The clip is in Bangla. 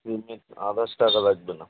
এমনি আদার্স টাকা লাগবে না